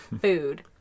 food